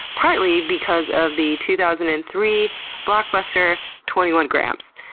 partly because of the two thousand and three blockbuster, twenty one grams.